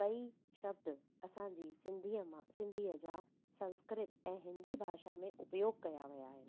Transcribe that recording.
कई शब्द असांजी सिंधीअ मां सिंधीअ जा संस्कृत ऐं हिंदी भाषा में उपयोगु कया विया आहिनि